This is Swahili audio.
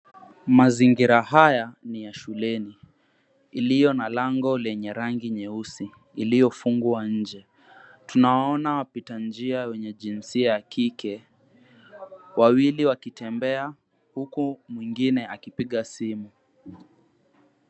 Mazingira haya ni ya shuleni iliyo na lango lenye rangi nyeusi iliyofungwa nje. Tunawaona wapita njia wenye jinsia ya kike, wawili wakitembea huku mwingine akipiga simu.